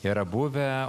yra buvę